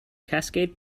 cascade